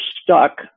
stuck